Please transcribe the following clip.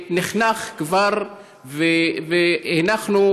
שנחנך כבר, והנחנו